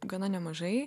gana nemažai